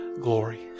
glory